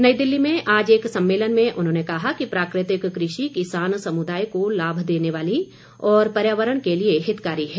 नई दिल्ली में आज एक सम्मेलन में उन्होंने कहा कि प्राकृतिक कृषि किसान समुदाय को लाभ देने वाली और पर्यावरण के लिए हितकारी है